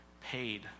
paid